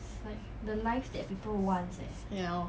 ya lor